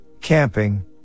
camping